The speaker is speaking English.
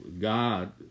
God